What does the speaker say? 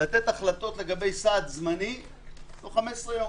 לתת החלטות לגבי סעד זמני תוך 15 יום.